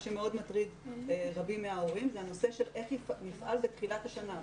מה שמאוד מטריד רבים מההורים זה הנושא של איך נפעל בתחילת השנה,